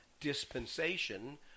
dispensation